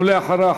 ואחריה,